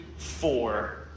Four